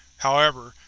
however,